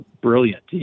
brilliant